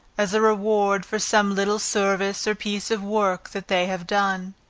as a reward for some little service or piece of work that they have done.